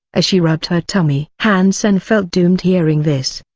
as she rubbed her tummy. han sen felt doomed hearing this.